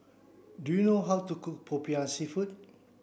do you know how to cook Popiah seafood